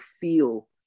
feel